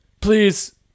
Please